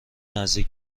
نزدیک